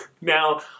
Now